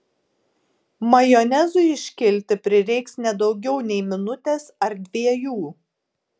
majonezui iškilti prireiks ne daugiau nei minutės ar dviejų